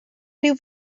rhyw